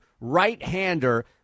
right-hander